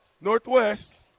Northwest